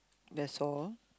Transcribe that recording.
that's all